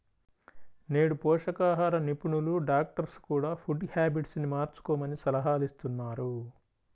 నేడు పోషకాహార నిపుణులు, డాక్టర్స్ కూడ ఫుడ్ హ్యాబిట్స్ ను మార్చుకోమని సలహాలిస్తున్నారు